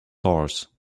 horse